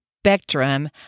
spectrum